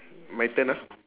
my turn ah